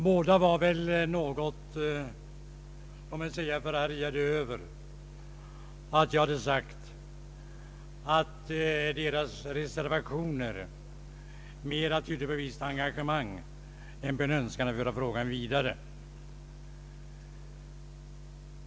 Båda herrarna var något förargade över att jag hade påstått att deras reservationer mera tydde på ett visst engagemang än på en önskan att föra frågan vidare.